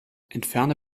entferne